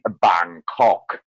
Bangkok